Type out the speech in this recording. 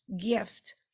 gift